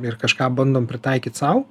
ir kažką bandom pritaikyt sau